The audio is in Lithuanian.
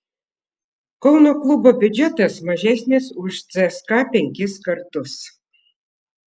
kauno klubo biudžetas mažesnis už cska penkis kartus